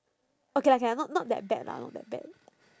okay lah okay lah not not that bad lah not that bad